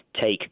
take